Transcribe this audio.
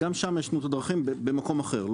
גם שם יש דרכים במקום אחר.